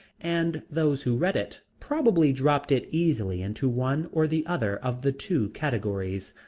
and those who read it probably dropped it easily into one or the other of the two categories.